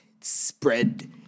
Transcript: spread